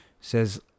says